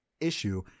issue